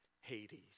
Hades